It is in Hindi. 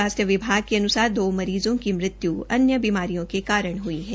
स्वास्थ्य विभाग के अनुसार दो मरीजों की मृत्यु अन्य बीमारियों के कारण हुई है